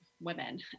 women